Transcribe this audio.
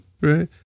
Right